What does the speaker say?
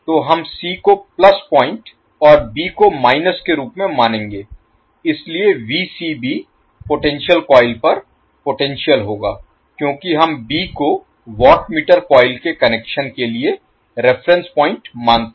तो हम c को प्लस पॉइंट और b को माइनस के रूप में मानेंगे इसलिए पोटेंशियल कॉइल पर पोटेंशियल होगा क्योंकि हम b को वाट मीटर कॉइल के कनेक्शन के लिए रेफेरेंस पॉइंट मानते हैं